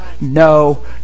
No